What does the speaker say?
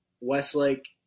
Westlake